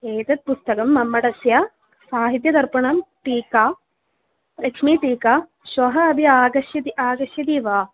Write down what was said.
एतत् पुस्तकं मम्मटस्य साहित्यदर्पणं टीका लक्ष्मीटीका श्वः अपि आगमिष्यति आगमिष्यति वा